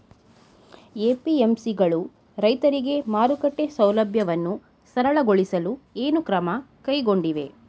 APMC ಗಳು ರೈತರಿಗೆ ಮಾರುಕಟ್ಟೆ ಸೌಲಭ್ಯವನ್ನು ಸರಳಗೊಳಿಸಲು ಏನು ಕ್ರಮ ಕೈಗೊಂಡಿವೆ?